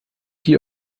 hier